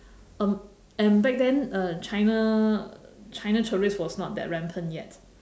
um and back then uh china china tourist was not that rampant yet